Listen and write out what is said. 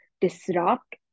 disrupt